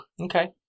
okay